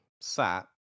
sat